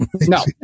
No